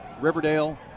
Riverdale